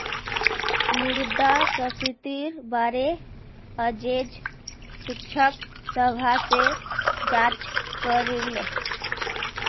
मुद्रास्फीतिर बारे अयेज शिक्षक सभा से चर्चा करिल